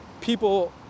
people